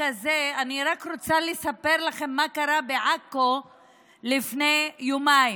אני רק רוצה לספר לכם מה קרה בעכו לפני יומיים.